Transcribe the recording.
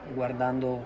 guardando